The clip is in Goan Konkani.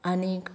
आनीक